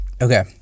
Okay